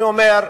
אני אומר,